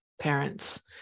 parents